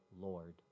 Lord